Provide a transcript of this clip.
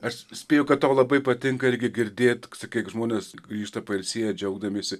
aš spėju kad tau labai patinka irgi girdėt kaip žmonės grįžta pailsėję džiaugdamiesi